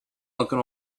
looking